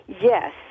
Yes